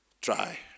try